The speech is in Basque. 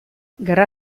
gerra